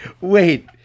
wait